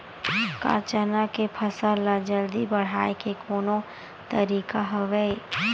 का चना के फसल ल जल्दी बढ़ाये के कोनो तरीका हवय?